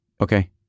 okay